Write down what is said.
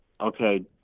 okay